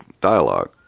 dialogue